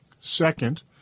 Second